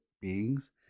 beings